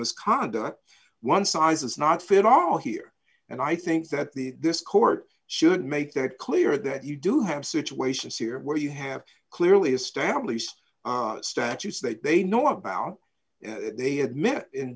misconduct one size does not fit all here and i think that the this court should make that clear that you do have situations here where you have clearly established statutes that they know about they had met in